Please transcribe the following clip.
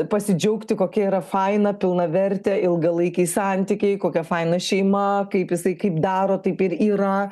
pasidžiaugti kokia yra faina pilnavertė ilgalaikiai santykiai kokia faina šeima kaip jisai kaip daro taip ir yra